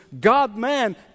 God-man